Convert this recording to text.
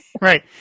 right